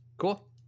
cool